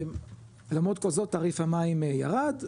למרות כל זאת תעריף המים ירד,